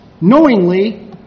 knowingly